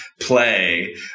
play